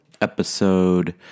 episode